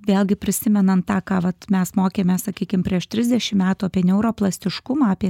vėlgi prisimenant tą ką vat mes mokėmės sakykim prieš trisdešim metų apie neuroplastiškumą apie